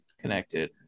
connected